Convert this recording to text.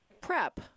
prep